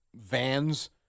vans